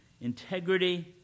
integrity